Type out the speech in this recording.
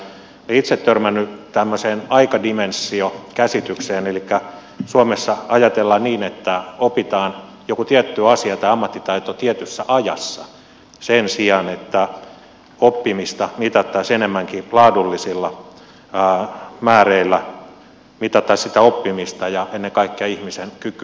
olen itse törmännyt tämmöiseen aikadimensiokäsitykseen elikkä suomessa ajatellaan niin että opitaan joku tietty asia tai ammattitaito tietyssä ajassa sen sijaan että oppimista mitattaisiin enemmänkin laadullisilla määreillä mitattaisiin sitä oppimista ja ennen kaikkea ihmisen kykyä uudistua